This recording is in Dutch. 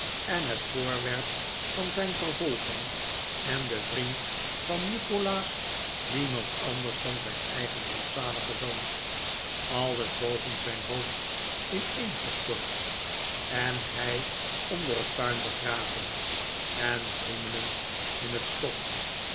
en het voorwerp van zijn vervolging en de vriend van nikolaas niemand anders dan zijn eigen rampzalige zoon alles boven zijn hoofd ineen gestort en hij onder het puin begraven en wriemelend in het stof